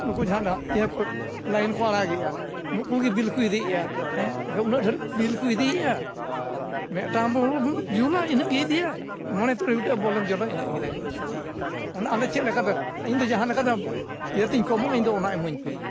ᱱᱩᱠᱩ ᱡᱟᱦᱟᱸᱫᱚ ᱱᱟᱜ ᱤᱭᱟᱹᱠᱚ ᱞᱟᱭᱤᱱ ᱠᱚ ᱟᱲᱟᱜᱮᱜᱼᱟ ᱱᱩᱠᱩᱜᱮ ᱵᱤᱞ ᱠᱚ ᱤᱫᱤᱭᱮᱜᱼᱟ ᱦᱮᱸ ᱩᱱᱟᱹᱜ ᱰᱷᱮᱨ ᱵᱤᱞ ᱠᱚ ᱤᱫᱤᱭᱮᱜᱼᱟ ᱢᱮᱫᱴᱟᱝ ᱵᱚᱞᱮᱢ ᱡᱩᱞᱟ ᱤᱱᱟᱹᱜ ᱜᱮ ᱤᱫᱤᱭᱟᱭ ᱢᱚᱬᱮ ᱛᱩᱨᱭ ᱜᱚᱴᱮᱡ ᱵᱚᱞᱮᱢ ᱡᱩᱞᱟ ᱤᱱᱟᱹᱜ ᱜᱮ ᱚᱱᱟ ᱟᱞᱮ ᱪᱮᱫ ᱞᱮᱠᱟᱛᱮ ᱤᱧᱫᱚ ᱡᱟᱦᱟᱸ ᱞᱮᱠᱟ ᱫᱚ ᱯᱤᱭᱟᱹᱛᱤᱧ ᱠᱚᱢᱚᱜᱼᱟ ᱤᱧᱫᱚ ᱚᱱᱟ ᱤᱢᱟᱹᱧ ᱯᱮ